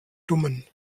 dummen